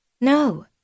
No